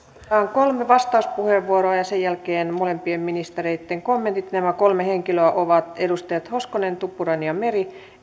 kolme vastauspuheenvuoroa ja sen jälkeen molempien ministereitten kommentit nämä kolme henkilöä ovat edustajat hoskonen tuppurainen ja meri